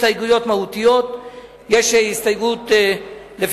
להצעת החוק אין הסתייגויות מהותיות.